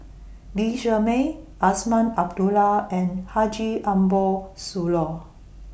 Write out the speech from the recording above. Lee Shermay Azman Abdullah and Haji Ambo Sooloh